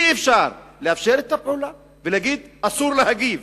אי-אפשר לאפשר את הפעולה ולהגיד שאסור להגיב.